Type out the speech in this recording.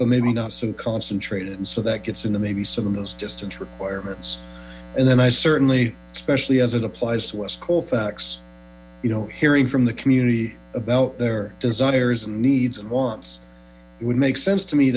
but maybe not so concentrated and so that gets into maybe some of those justin's requirements and then i certainly especially as it applies to west colfax you know hearing from the community about their desires and needs and wants would make sense to me